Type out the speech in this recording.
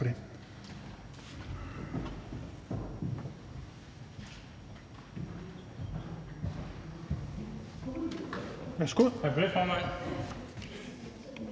Tak for det,